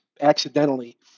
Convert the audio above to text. accidentally